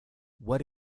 what